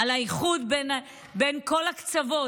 על האיחוד בין כל הקצוות.